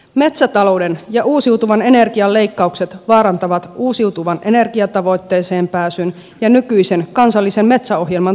metsätalouden ja uusiutuvan energian leikkaukset vaarantavat uusiutuvan energian tavoitteeseen pääsyn ja nykyisen kansallisen metsäohjelman toteutumisen